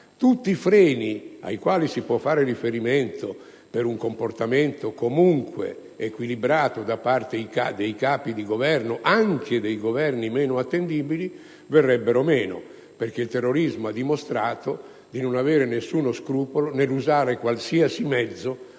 tutti i freni a cui si può fare riferimento per un comportamento comunque equilibrato da parte dei Capi di Governo (anche dei Governi meno affidabili) verrebbero meno, in quanto il terrorismo ha dimostrato di non avere nessuno scrupolo nell'usare qualsiasi mezzo